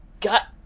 got